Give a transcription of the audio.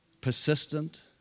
Persistent